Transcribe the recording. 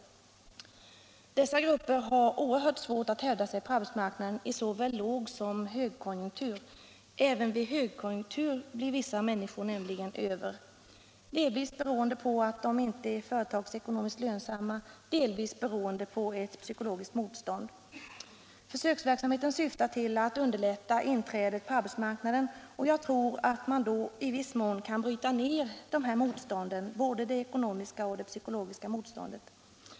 Dessa grupper har oerhört svårt att hävda sig på arbetsmarknaden i såväl låg som högkonjunktur. Även vid högkonjunktur blir vissa människor över, delvis beroende på att de inte är företagsekonomiskt lönsamma, delvis beroende på psykologiskt motstånd. Försöksverksamheten syftar till att underlätta inträdet på arbetsmarknaden. Jag tror att man i viss mån kan bryta ner både ekonomiska och psykologiska motstånd.